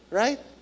right